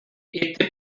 este